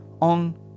on